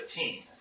15